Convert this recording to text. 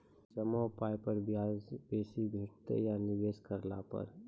जमा पाय पर ब्याज बेसी भेटतै या निवेश केला पर?